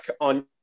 on